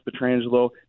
Petrangelo